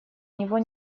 него